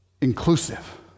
inclusive